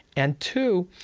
and, two,